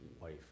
wife